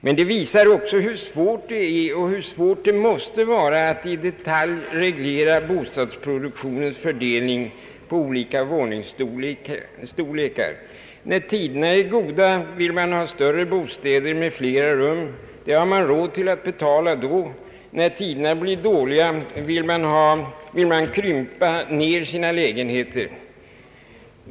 Detta visar också hur svårt det är och måste vara att i detalj reglera bostadsproduktionens fördelning på olika våningsstorlekar. När tiderna är goda vill människor ha större bostäder med flera rum, vilket de då har råd att betala. När tiderna blir dåliga vill människorna krympa ned sina lägenheter.